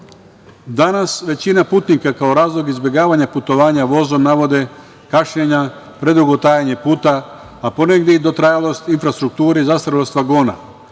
većina putnika kao razlog izbegavanja putovanja vozom navode kašnjenja, predugo trajanje puta, a ponegde i dotrajalost infrastrukture i zastarelost vagona. Da